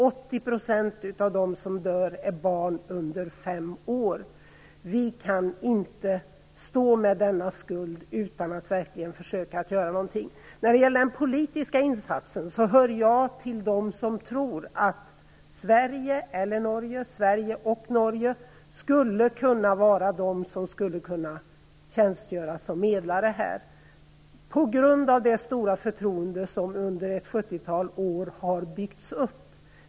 80 % av dem som dör är barn under fem år. Vi kan inte stå med denna skuld utan att försöka göra någonting. När det gäller den politiska insatsen hör jag till dem som tror att Sverige och Norge skulle kunna tjänstgöra som medlare här på grund av det stora förtroende som under ett 70-tal år har byggts upp.